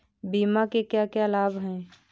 बीमा के क्या क्या लाभ हैं?